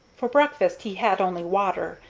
for breakfast he had only water,